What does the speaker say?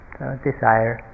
Desire